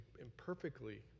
imperfectly